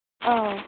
ꯑꯣ